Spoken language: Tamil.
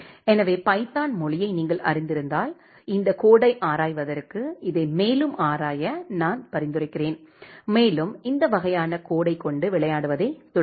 எனவே பைதான் மொழியை நீங்கள் அறிந்திருந்தால் இந்த கோடை ஆராய்வதற்கு இதை மேலும் ஆராய நான் பரிந்துரைக்கிறேன் மேலும் இந்த வகையான கோடை கொண்டு விளையாடுவதைத் தொடங்குங்கள்